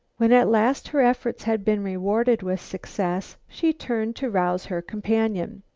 when at last her efforts had been rewarded with success, she turned to rouse her companion.